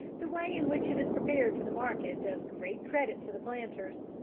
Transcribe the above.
the way in which it is prepared for the market does great credit to the planters.